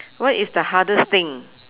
what is the hardest thing